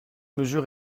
mesure